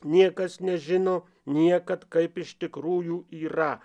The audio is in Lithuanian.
niekas nežino niekad kaip iš tikrųjų yra